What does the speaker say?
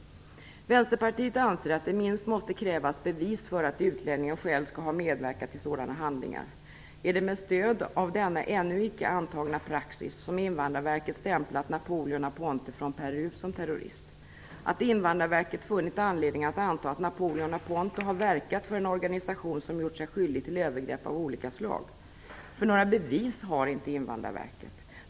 Vänsterpartiet anser att det minst måste krävas bevis för att utlänningen själv skall ha medverkat i sådana handlingar. Är det med stöd av denna ännu icke antagna praxis som invandrarverket stämplat Napoleon Aponte från Peru som terrorist? Är det med stöd av detta som invandrarverket har funnit anledning att anta att Napoleon Aponte har verkat för en organisation som gjort sig skyldig till övergrepp av olika slag? Några bevis har nämligen inte invandrarverket.